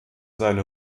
seine